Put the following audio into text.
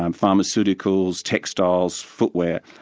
um pharmaceuticals, textiles, footwear.